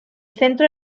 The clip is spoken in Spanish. centro